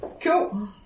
Cool